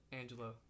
Angelo